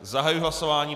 Zahajuji hlasování.